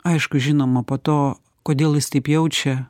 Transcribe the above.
aišku žinoma po to kodėl jis taip jaučia